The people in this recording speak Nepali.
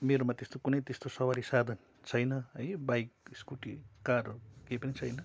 मेरोमा त्यस्तो कुनै त्यस्तो सवारी साधन छैन है बाइक स्कुटी कार केही पनि छैन